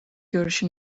görüşü